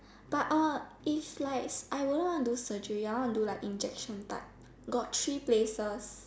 but uh is like I wouldn't want to do surgery I want to do like injection type got three places